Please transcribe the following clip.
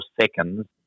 seconds